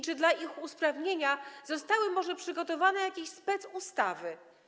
Czy dla ich usprawnienia zostały przygotowane jakieś specustawy?